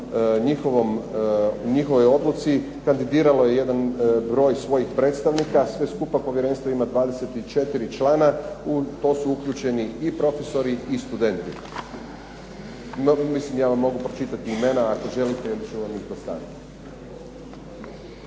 njihovoj odluci kandidiralo je jedan broj svojih predstavnika. Sve skupa povjerenstvo ima 24 člana, u to su uključeni i profesori i studenti. No mislim, ja vam mogu pročitati imena ako želite ili ću vam ih dostaviti.